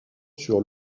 sur